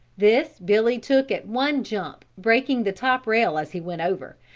this billy took at one jump, breaking the top rail as he went over,